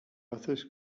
authors